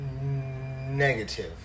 negative